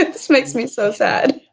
this makes me so sad.